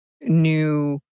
new